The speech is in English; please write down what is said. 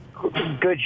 good